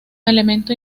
elemento